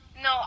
no